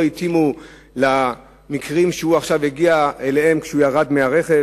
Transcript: התאימו למקרים שהוא עכשיו הגיע אליהם כשהוא ירד מהרכב,